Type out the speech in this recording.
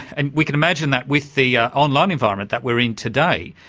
and we can imagine that with the online environment that we're in today.